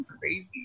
crazy